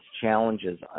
challenges